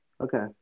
Okay